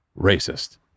racist